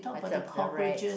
attap the rats